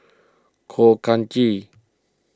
Khor Ghee